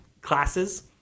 classes